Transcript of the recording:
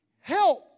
help